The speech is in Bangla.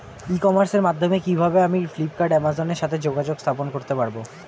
ই কমার্সের মাধ্যমে কিভাবে আমি ফ্লিপকার্ট অ্যামাজন এর সাথে যোগাযোগ স্থাপন করতে পারব?